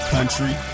Country